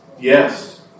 Yes